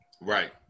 Right